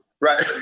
Right